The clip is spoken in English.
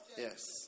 Yes